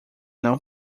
não